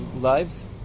lives